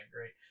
great